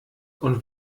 und